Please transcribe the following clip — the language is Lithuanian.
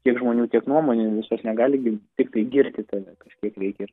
kiek žmonių tiek nuomonių ir visos negali gi tiktai girti tave kažkiek reikia ir